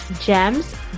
Gems